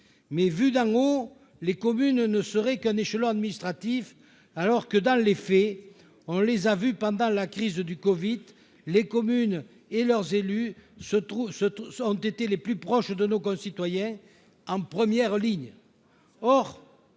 vues « d'en haut », les communes ne seraient qu'un échelon administratif, alors que, dans les faits, et on l'a constaté pendant la crise du covid-19, les communes et leurs élus se sont tenus au plus proche de nos concitoyens, en première ligne.